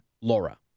Laura